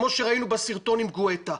כמו שראינו בסרטון עם גואטה,